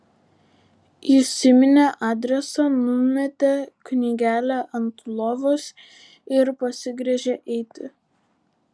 įsiminė adresą numetė knygelę ant lovos ir pasigręžė eiti